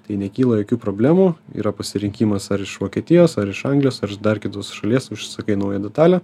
tai nekyla jokių problemų yra pasirinkimas ar iš vokietijos ar iš anglijos ar iš dar kitos šalies užsisakai naują detalę